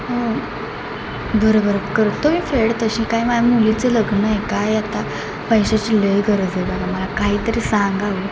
हो बरं बरं करतो मी फेड तशी काय माझ्या मुलीचं लग्न आहे काय आता पैशाची लई गरज आहे बाबा मला काही तरी सांगावं